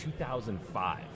2005